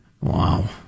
Wow